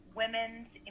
women's